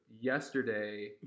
yesterday